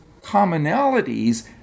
commonalities